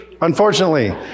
unfortunately